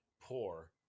poor